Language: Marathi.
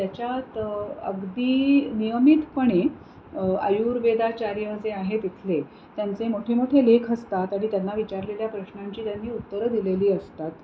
त्याच्यात अगदी नियमितपणे आयुर्वेदाचार्य जे आहेत इथले त्यांचे मोठे मोठे लेख असतात आणि त्यांना विचारलेल्या प्रश्नांची त्यांनी उत्तरं दिलेली असतात